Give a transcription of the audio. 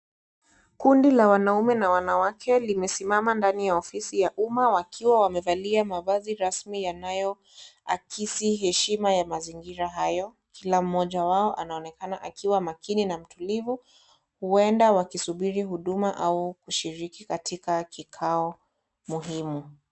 Kundi la wanaume na wanawake limesimama ndani ya ofisi ya umma wakiwa wamevalia mavazi rasmi yanayoakisi heshima ya mazingira hayo, kila mmoja wao anaonekana akiwa makini na mtulivu, huenda wakisubiri huduma au kushiriki katika kikao muhimu.